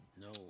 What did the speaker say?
no